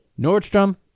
Nordstrom